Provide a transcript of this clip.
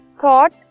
thought